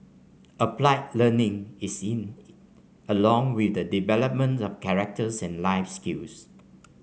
applied learning is in along with the development of character and life skills